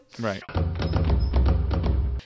Right